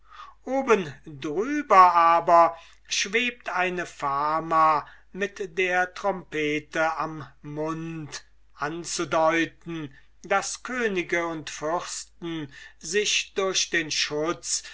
oben drüber aber schwebt eine fama mit der trompete am mund anzudeuten daß könige und fürsten sich durch den schutz